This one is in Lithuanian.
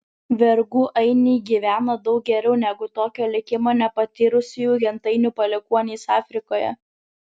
vergų ainiai gyvena daug geriau negu tokio likimo nepatyrusiųjų gentainių palikuonys afrikoje